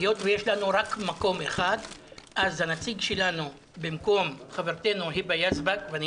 היות ויש לנו רק מקום אחד אז הנציג שלנו במקום חברתנו היבא יזבק ואני